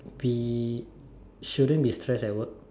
we shouldn't be stress at work